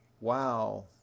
Wow